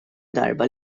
darba